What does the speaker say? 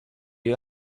you